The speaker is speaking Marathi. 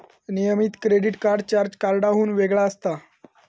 नियमित क्रेडिट कार्ड चार्ज कार्डाहुन वेगळा असता